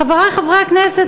חברי חברי הכנסת,